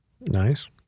Nice